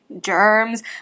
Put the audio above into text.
germs